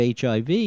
HIV